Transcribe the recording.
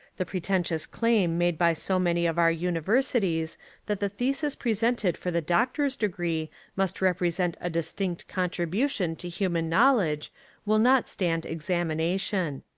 the pretentious claim made by so many of our universities that the thesis presented for the doctor's degree must represent a distinct contribution to human knowledge will not stand examination.